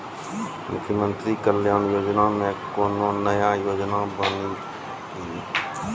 मुख्यमंत्री कल्याण योजना मे कोनो नया योजना बानी की?